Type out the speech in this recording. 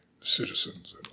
citizens